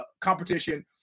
competition